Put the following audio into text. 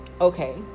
Okay